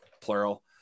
plural